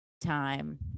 time